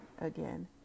again